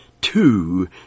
two